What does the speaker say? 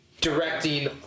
directing